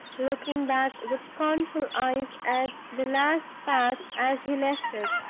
looking back with scornful eyes at the last path as he left it.